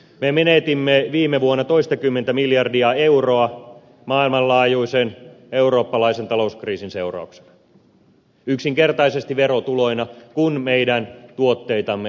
me menetimme viime vuonna toistakymmentä miljardia euroa maailmanlaajuisen eurooppalaisen talouskriisin seurauksena yksinkertaisesti verotuloina kun meidän tuotteitamme ei ostettu